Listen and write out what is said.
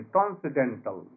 Transcendental